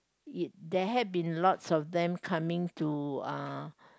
it there had been lots of them coming to uh